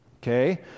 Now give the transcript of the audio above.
Okay